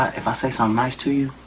ah if i say something nice to you,